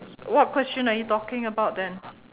what question are you talking about then